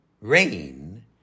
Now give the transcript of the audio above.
Rain